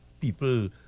people